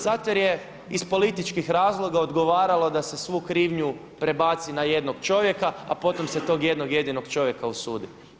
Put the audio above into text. Zato je iz političkih razloga odgovaralo da se svu krivnju prebaci na jednog čovjeka, a potom se tog jednog jedinog čovjeka osudi.